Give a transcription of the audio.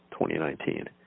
2019